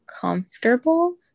comfortable